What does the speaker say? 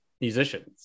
musicians